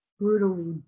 brutally